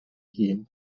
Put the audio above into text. hun